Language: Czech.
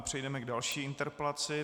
Přejdeme k další interpelaci.